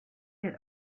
that